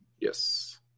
Yes